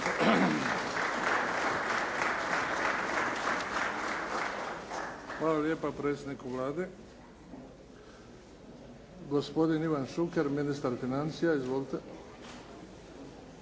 Hvala lijepa predsjedniku Vlade. Gospodin Ivan Šuker, ministar financija. Izvolite.